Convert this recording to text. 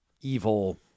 evil